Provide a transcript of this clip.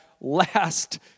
last